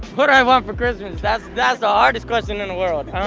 what do i want for christmas? that's that's the hardest question in the world